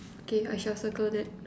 okay I shall circle that